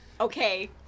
Okay